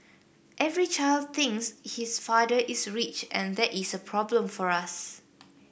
every child thinks his father is rich and that is a problem for us